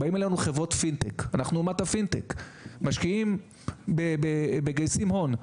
כשבאים אלינו חברות פינטק אנחנו אומת הפינטק משקיעים ומגייסים הון,